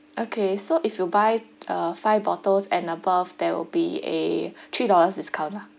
okay so if you buy uh five bottles and above there will be a three dollars discount lah